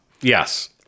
Yes